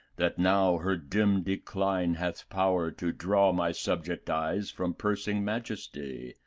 that now her dim decline hath power to draw my subject eyes from persing majesty,